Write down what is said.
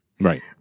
Right